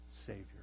Savior